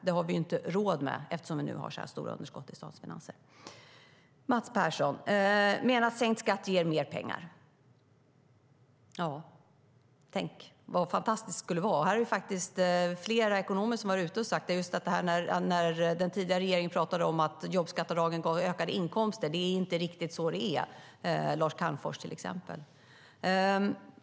Vi har inte råd med det eftersom vi nu har dessa stora underskott i statens finanser. Mats Persson menar att sänkt skatt ger mer pengar. Tänk vad fantastiskt det skulle vara om det var så! Den tidigare regeringen talade om att jobbskatteavdragen gav ökade inkomster, men flera ekonomer, till exempel Lars Calmfors, har varit ute och sagt att det faktiskt inte är riktigt på det sättet.